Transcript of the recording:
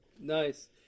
Nice